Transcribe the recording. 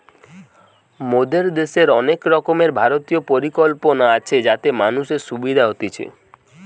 মোদের দ্যাশের অনেক রকমের ভারতীয় পরিকল্পনা আছে যাতে মানুষের সুবিধা হতিছে